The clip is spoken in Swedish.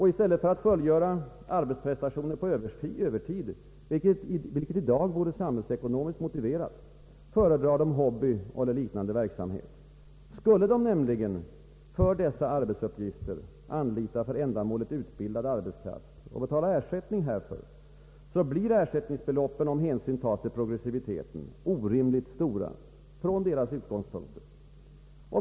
I stället för att fullgöra arbetsprestationer på övertid, vilket i dag vore samhällsekonomiskt motiverat, föredrar de hobbysysselsättning eller liknande verksamhet, Skulle de nämligen för dessa arbetsuppgifter anlita för ändamålet utbildad arbetskraft och betala ersättning härför, blir ersättningsbeloppen om hänsyn tas till progressiviteten orimligt stora från deras utgångspunkter.